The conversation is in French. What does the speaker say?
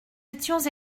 étions